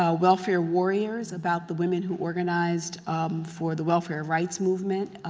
ah welfare warrior, is about the women who organized for the welfare rights movement,